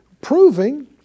proving